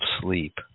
sleep